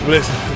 Listen